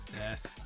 yes